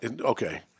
Okay